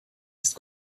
ist